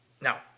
now